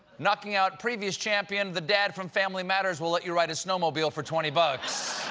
knocking out previous champion, the dad from family matters will let you ride his snowmobile for twenty bucks.